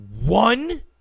one